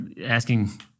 asking